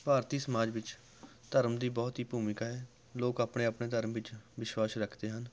ਭਾਰਤੀ ਸਮਾਜ ਵਿੱਚ ਧਰਮ ਦੀ ਬਹੁਤ ਹੀ ਭੂਮਿਕਾ ਹੈ ਲੋਕ ਆਪਣੇ ਆਪਣੇ ਧਰਮ ਵਿੱਚ ਵਿਸ਼ਵਾਸ ਰੱਖਦੇ ਹਨ